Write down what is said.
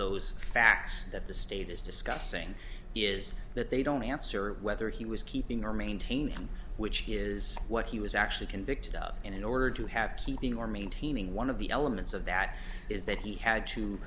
those facts that the state is discussing is that they don't answer whether he was keeping or maintain him which is what he was actually convicted of and in order to have keeping or maintaining one of the elements of that is that he had to